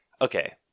okay